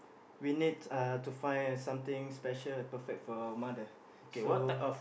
we need uh to find something special and perfect for our mother so